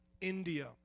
India